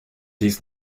dies